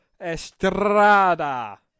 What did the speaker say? Estrada